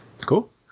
Cool